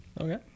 Okay